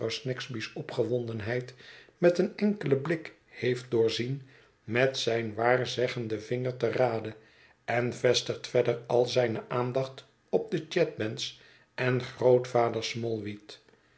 jufvrouw snagsby's opgewondenheid met een enkelen blik heeft doorzien met zijn waarzeggenden vinger te rade en vestigt verder al zijne aandacht op de chadband's en grootvader